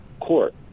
court